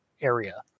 area